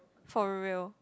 for real